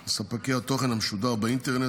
של ספקי התוכן המשודר באינטרנט.